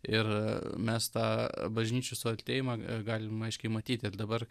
ir mes tą bažnyčių suartėjimą galima aiškiai matyti dabar